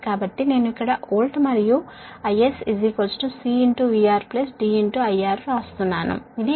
కాబట్టి నేను ఇక్కడ వోల్టేజ్ మరియు IS C VR D IR వ్రాస్తున్నాను ఇది ఆంపియర్